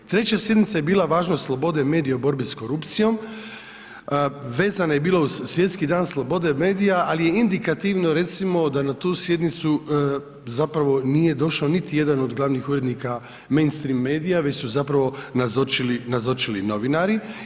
Treća sjednica je bila Važnost slobode medija u borbi s korupcijom, vezana je bila uz Svjetski dan slobode medija ali je indikativno recimo da na tu sjednicu zapravo nije došao niti jedan od glavnih urednika men's string medija već su zapravo nazočili, nazočili novinari.